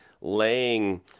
laying